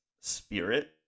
Spirit